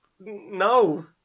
No